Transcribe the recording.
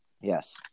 Yes